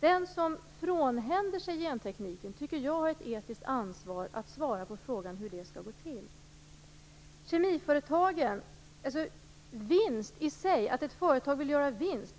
Den som frånhänder sig gentekniken har ett etiskt ansvar att svara på frågan hur det skall gå till. När det gäller kemiföretagen brukar det anses rätt acceptabelt att ett företag vill göra en vinst.